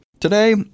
Today